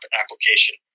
application